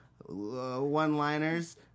one-liners